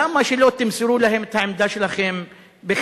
למה שלא תמסרו להם את העמדה שלכם בכתב,